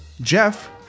Jeff